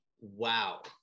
Wow